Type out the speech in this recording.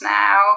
now